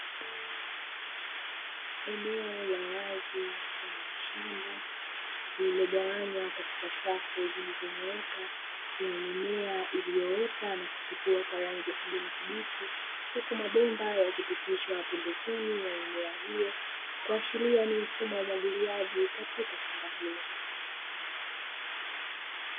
Eneo la wazi mfano wa shamba lililogawanywa katika safu zilizonyooka zenye mimea iliyoota na kuchipua kwa rangi ya kijani kibichi, huku mabomba yakipitishwa pembezoni mwa mimea hiyo, kuashiria ni mfumo wa umwagiliaji katika shamba hilo.